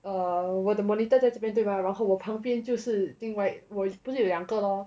err 我的 monitor 在这边对嘛然后我旁边就是另外我不是有两个 lor